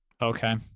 Okay